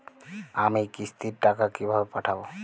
আমি কিস্তির টাকা কিভাবে পাঠাব?